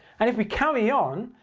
and if we carry on,